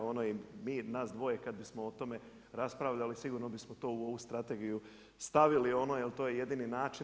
Ono mi, nas dvoje kad bismo o tome raspravljali sigurno bismo to u ovu strategiju stavili jer to je jedini način.